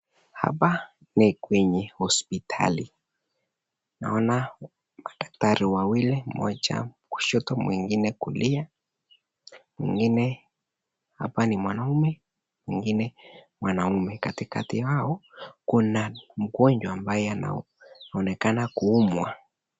Hapa ni kwenye hospitali naona madaktari wawili moja kushoto mwingine kulia mwingine hapa ni mwanaume mwingine mwanamke katikati yao kuna mgonjwa ambaye anaoneka anaumwa.